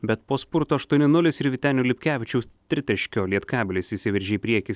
bet po spurto aštuoni nulis ir vytenio lipkevičiaus tritaškio lietkabelis išsiveržė į priekį